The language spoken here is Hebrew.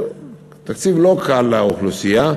אבל תקציב לא קל לאוכלוסייה,